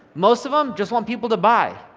most of em just want people to buy.